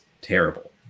terrible